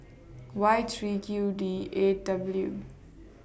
Y three Q D eight W